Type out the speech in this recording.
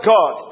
God